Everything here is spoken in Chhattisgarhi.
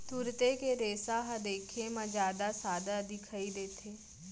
तुरते के रेसा ह देखे म जादा सादा दिखई देथे